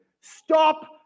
stop